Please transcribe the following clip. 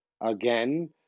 Again